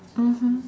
mmhmm